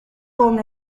con